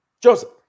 Joseph